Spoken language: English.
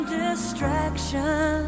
distraction